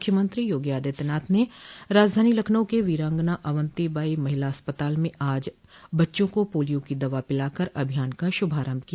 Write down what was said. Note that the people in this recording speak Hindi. मुख्यमंत्री योगी आदित्यनाथ ने राजधानी लखनऊ के वीरांगना अवंतीबाई महिला अस्पताल में आज बच्चों को पोलियो की दवा पिलाकर अभियान का शुभारम्भ किया